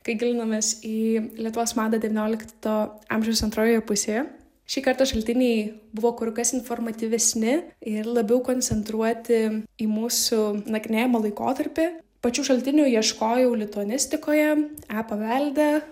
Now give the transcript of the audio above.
kai gilinomės į lietuvos madą devyniolikto amžiaus antroje pusėje šį kartą šaltiniai buvo kur kas informatyvesni ir labiau koncentruoti į mūsų nagrinėjamą laikotarpį pačių šaltinių ieškojau lituanistikoje e pavelde